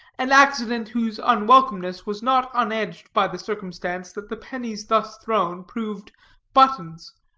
an accident whose unwelcomeness was not unedged by the circumstance that the pennies thus thrown proved buttons.